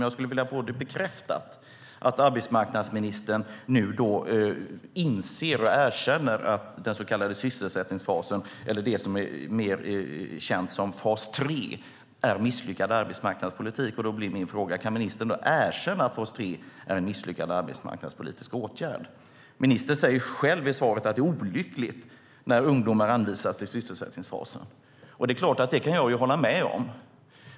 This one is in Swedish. Jag skulle vilja få det bekräftat att arbetsmarknadsministern nu inser och erkänner att den så kallade sysselsättningsfasen, eller det som mer är känt som fas 3, är misslyckad arbetsmarknadspolitik. Min fråga blir: Kan ministern erkänna att fas 3 är en misslyckad arbetsmarknadspolitisk åtgärd? Ministern säger själv i svaret att det är olyckligt när ungdomar anvisas till sysselsättningsfasen. Det kan jag hålla med om.